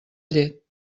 llet